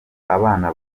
abana